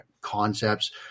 concepts